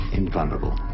invulnerable